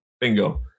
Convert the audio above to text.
bingo